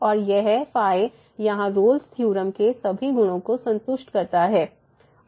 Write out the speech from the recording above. और यह यहाँ रोल्स थ्योरम Rolle's theorem के सभी गुणों को संतुष्ट करता है